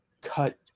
cut